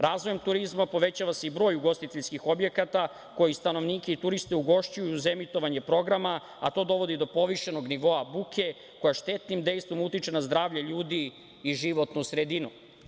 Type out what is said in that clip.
Razvojem turizma povećava se i broj ugostiteljskih objekata koji stanovnike i turiste ugošćuju uz emitovanje programa, a to dovodi do povišenog nivoa buke koja štetnim dejstvom utiče na zdravlje ljudi i životnu sredinu.